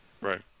Right